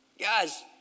Guys